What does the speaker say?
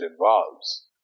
involves